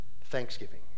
thanksgiving